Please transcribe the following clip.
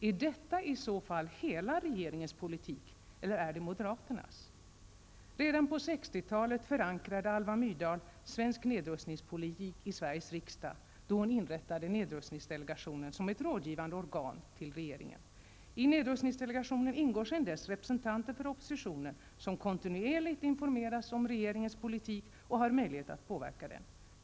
Är detta i så fall hela regeringens politik eller är det moderaternas? Redan på 60-talet förankrade Alva Myrdal svensk nedrustningspolitik i Sveriges riksdag, då hon inrättade nedrustningsdelegationen som ett rådgivande organ till regeringen. I nedrustningsdelegationen ingår sedan dess representanter för oppositionen, som kontinuerligt informeras om regeringens nedrustningspolitik och har möjlighet att påverka den.